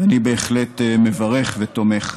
ואני בהחלט מברך ותומך.